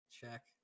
check